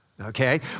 Okay